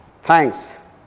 Thanks